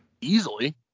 easily